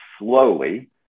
slowly